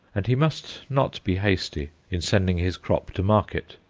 and he must not be hasty in sending his crop to market.